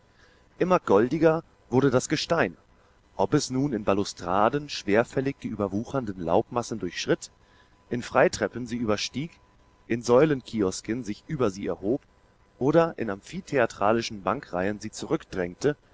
immer goldiger wurde das gestein ob es nun in ballustraden schwerfällig die überwuchernden laubmassen durchschritt in freitreppen sie überstieg in säulenkiosken sich über sie erhob oder in amphitheatralischen bankreihen sie